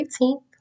18th